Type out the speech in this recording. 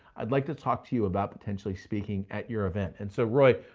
i'd like to talk to you about potentially speaking at your event. and so roy,